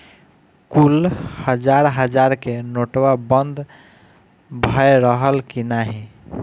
कुल हजार हजार के नोट्वा बंद भए रहल की नाही